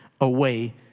away